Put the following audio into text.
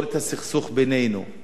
פלסטינים וישראלים,